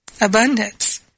abundance